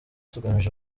tugamije